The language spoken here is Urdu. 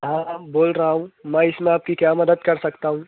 ہاں میم بول رہا ہوں میں اِس میں آپ کی کیا مدد کر سکتا ہوں